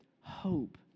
hope